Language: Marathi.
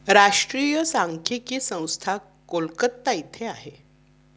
राष्ट्रीय सांख्यिकी संस्था कलकत्ता येथे आहे